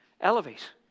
Elevate